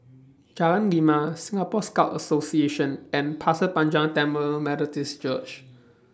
Jalan Lima Singapore Scout Association and Pasir Panjang Tamil Methodist Church